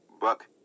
Buck